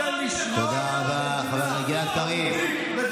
תודה רבה, חבר הכנסת גלעד קריב.